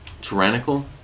tyrannical